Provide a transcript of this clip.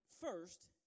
first